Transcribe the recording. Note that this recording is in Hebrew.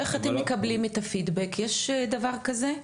איך אתם מקבלים את הפידבק, יש דבר כזה?